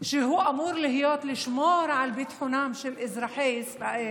אמורה להיות שמירה על ביטחונם של אזרחי ישראל,